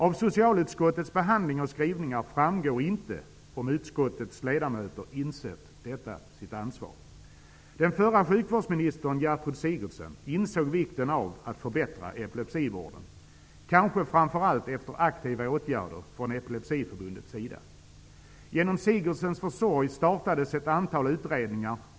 Av socialutskottets behandling och skrivningar framgår inte om socialutskottets ledamöter insett detta sitt ansvar. Den förra sjukvårdsministern Gertrud Sigurdsen insåg vikten av att förbättra epilepsivården, kanske framför allt efter aktiva åtgärder från Epilepsiförbundets sida. Genom Sigurdsens försorg startades ett antal utredningar.